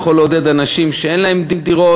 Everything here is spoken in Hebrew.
יכול לעודד אנשים שאין להם דירות,